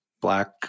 black